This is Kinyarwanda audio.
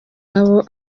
nabo